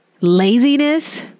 laziness